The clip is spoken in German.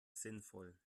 sinnvoll